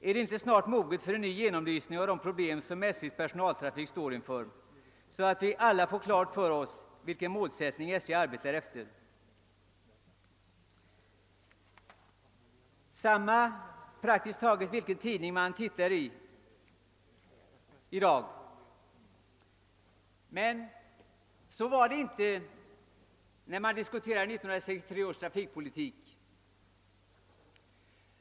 Är det inte snart moget för en ny genomlysning av de problem som SJ:s personirafik står inför, så att vi alla får klart för oss vilken målsättning SJ arbetar efter?» Det låter på praktiskt taget samma sätt vilken tidning man än studerar i dag, men så var det inte när 1963 års trafikpolitik började «diskuteras.